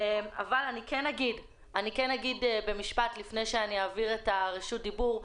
אבל אני כן אומר במשפט לפני שאני אעביר את רשות הדיבור,